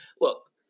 look